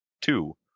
Two